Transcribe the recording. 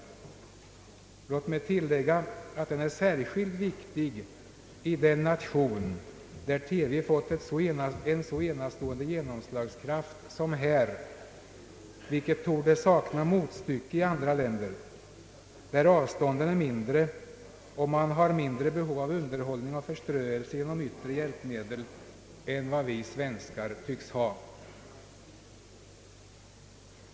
Låt mig tillägga att den är särskilt viktig i en nation, där TV fått en så enastående genomslagskraft som här, vilket torde sakna motstycke i andra länder, där avstånden är mindre och man har mindre behov av underhållning och förströelse genom yttre hjälpmedel än vad vi svenskar tycks ha.